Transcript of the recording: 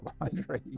laundry